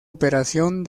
operación